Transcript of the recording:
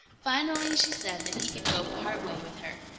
finally she said that he could go part way with her.